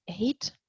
eight